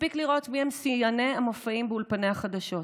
מספיק לראות מיהם שיאני המופיעים באולפני החדשות.